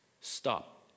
stop